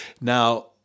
Now